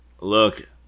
Look